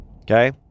Okay